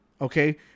Okay